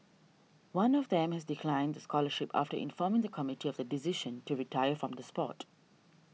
one of them has declined the scholarship after informing the committee of the decision to retire from the sport